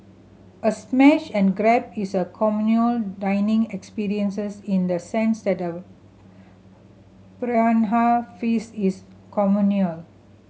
a smash and grab is a communal dining experience in the sense that a piranha feast is communal